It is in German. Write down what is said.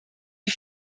die